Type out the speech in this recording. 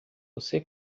você